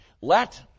Let